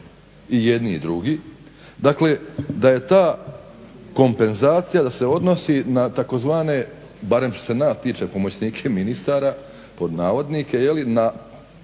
i jedni i drugi, dakle da se ta kompenzacija odnosi na tzv. barem što se nas tiče pomoćnike ministara pod navodnike, na